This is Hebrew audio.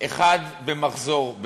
אחד במחזור.